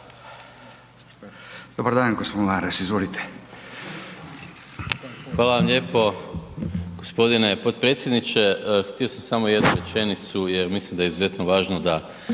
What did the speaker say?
**Maras, Gordan (SDP)** Hvala vam lijepo gospodine potpredsjedniče. Htio sam samo jednu rečenicu jer mislim da je izuzetno važno da